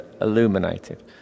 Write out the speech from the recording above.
illuminated